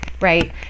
right